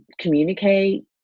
communicate